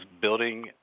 building